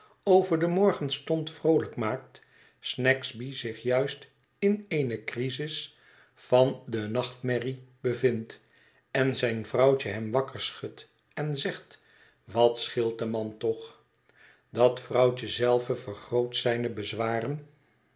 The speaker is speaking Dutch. over den morgenstond vroolijk maakt snagsby zich juist in eene crisis van de nachtmerrie bevindt en zijn vrouwtje hem wakkerschudt en zegt wat scheelt den man toch dat vrouwtje zelve vergroot zijne bezwaren